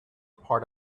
part